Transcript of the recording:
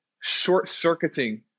short-circuiting